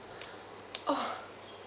oh